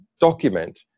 document